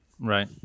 right